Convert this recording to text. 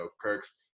Kirk's